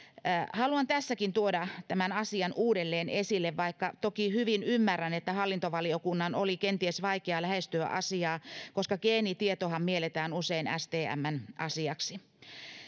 haluan tässäkin tuoda tämän asian uudelleen esille vaikka toki hyvin ymmärrän että hallintovaliokunnan oli kenties vaikea lähestyä asiaa koska geenitietohan mielletään usein stmn asiaksi